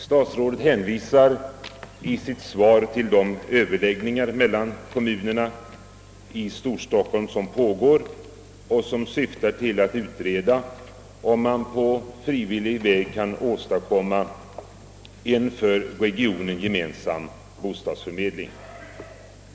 Statsrådet hänvisar i sitt svar till de överläggningar mellan kommunerna i Storstockholm som pågår och som syftar till att utreda om man på frivillig väg kan åstadkomma en för regionen gemensam bostadsförmedling.